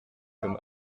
comme